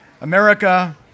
America